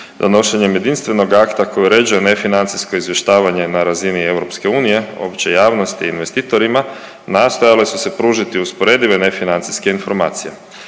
Donošenjem jedinstvenog akta koji uređuje nefinancijsko izvještavanje na razini EU općoj javnosti i investitorima nastojale su se pružiti usporedive nefinancijske informacije.